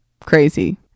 crazy